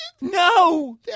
No